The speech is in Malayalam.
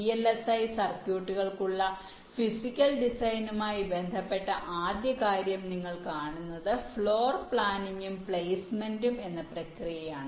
വിഎൽഎസ്ഐ സർക്യൂട്ടുകൾക്കുള്ള ഫിസിക്കൽ ഡിസൈനുമായി ബന്ധപ്പെട്ട ആദ്യ കാര്യം നിങ്ങൾ കാണുന്നത് ഫ്ലോർ പ്ലാനിംഗും പ്ലേസ്മെന്റും എന്ന പ്രക്രിയയാണ്